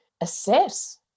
assess